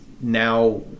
now